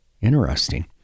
Interesting